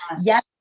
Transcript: yes